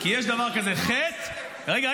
כי יש דבר כזה חטא --- אני לא משתתף איתך --- רגע,